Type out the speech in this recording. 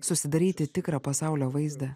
susidaryti tikrą pasaulio vaizdą